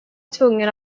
tvungen